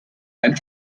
einen